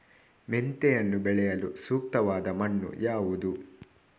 ಮೆಂತೆಯನ್ನು ಬೆಳೆಯಲು ಸೂಕ್ತವಾದ ಮಣ್ಣು ಯಾವುದು?